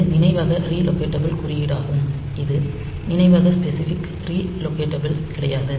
இது நினைவக relocatable குறியீடாகும் இது நினைவக ஸ்பெசிபிக் ரி லொகெட்டபிள் கிடையாது